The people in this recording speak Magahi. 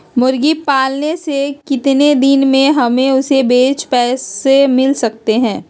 मुर्गी पालने से कितने दिन में हमें उसे बेचकर पैसे मिल सकते हैं?